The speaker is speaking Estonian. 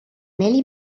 neli